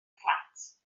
fflat